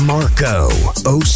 Marco